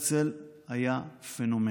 הרצל היה פנומן,